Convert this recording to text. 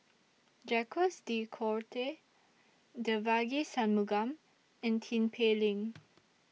Jacques De Coutre Devagi Sanmugam and Tin Pei Ling